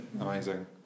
amazing